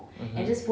mmhmm